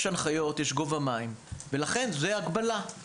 יש הנחיות, גובה מים מסוים, ולכן זו הגבלה.